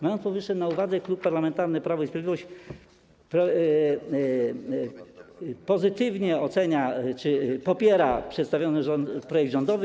Mając powyższe na uwadze, Klub Parlamentarny Prawo i Sprawiedliwość pozytywnie ocenia i popiera przedstawiony projekt rządowy.